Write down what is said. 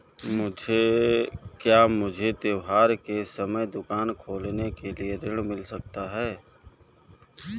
क्या मुझे त्योहार के समय दुकान खोलने के लिए ऋण मिल सकता है?